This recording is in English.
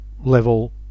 level